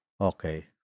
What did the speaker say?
Okay